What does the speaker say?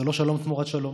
זה לא שלום תמורת שלום,